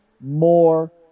more